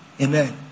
Amen